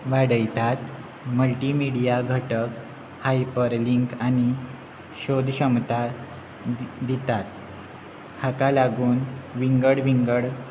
वाडयतात मल्टीमिडिया घटक hyperlink आनी शोध क्षमता दितात हाका लागून विंगड विंगड